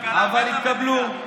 הן התקבלו.